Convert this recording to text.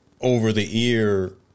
over-the-ear